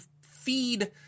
feed